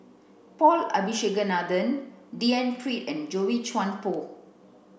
Paul Abisheganaden D N Pritt and Boey Chuan Poh